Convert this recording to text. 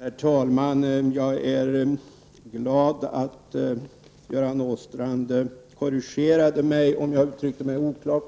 Herr talman! Jag är glad över att Göran Åstrand korrigerade mig, om jag nu uttryckte mig oklart.